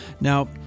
Now